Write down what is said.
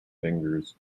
fingers